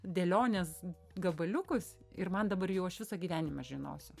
dėlionės gabaliukus ir man dabar jau aš visą gyvenimą žinosiu